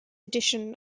edition